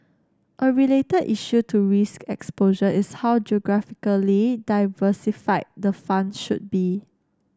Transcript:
a related issue to risk exposure is how geographically diversified the fund should be